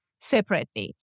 separately